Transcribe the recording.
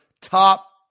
top